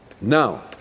Now